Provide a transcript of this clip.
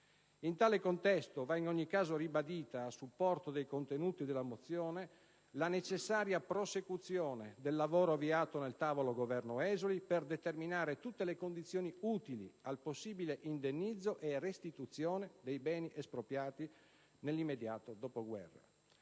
In tale contesto va in ogni caso ribadita, a supporto dei contenuti della mozione, la necessaria prosecuzione del lavoro avviato nel tavolo Governo-esuli, per determinare tutte le condizioni utili al possibile indennizzo e restituzione dei beni espropriati nell'immediato dopoguerra.